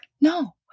No